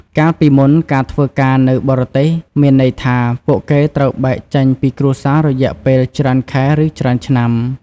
កាលពីមុន ការធ្វើការនៅបរទេសមានន័យថា ពួកគេត្រូវបែកចេញពីគ្រួសាររយៈពេលច្រើនខែ ឬ ច្រើនឆ្នាំ។